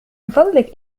فضلك